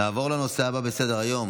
נעבור לנושא הבא על סדר-היום,